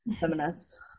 feminist